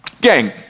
Gang